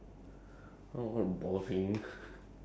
so now any interesting thing to talk about or not